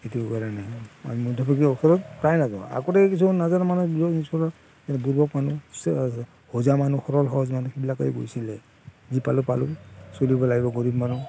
এইটোৰ কাৰণে আমি মধ্যভোগীৰ ওচৰত প্ৰায়ে নাযাওঁ আগতে কিছুমান নজনা মানুহ যায় ওচৰত সিহঁতে বুৰ্বক মানুহ হোজা মানুহ সৰল সহজ মানুহ সেইবিলাকে গৈছিলে যি পালোঁ পালোঁ চলিব লাগিব গৰীৱ মানুহ